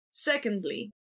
Secondly